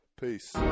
Peace